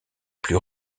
plus